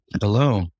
Hello